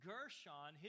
Gershon